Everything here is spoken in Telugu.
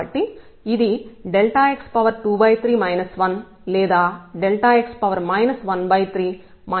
కాబట్టి ఇది x23 1 లేదా x 13 A అవుతుంది